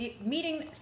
meeting